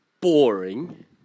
boring